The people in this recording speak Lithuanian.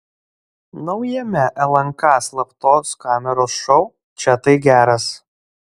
naujame lnk slaptos kameros šou čia tai geras